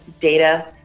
data